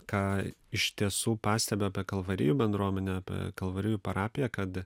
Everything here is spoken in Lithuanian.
ką iš tiesų pastebi apie kalvarijų bendruomenė apie kalvarijų parapiją kad